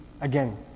again